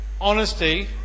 honesty